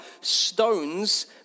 stones